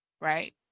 right